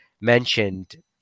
mentioned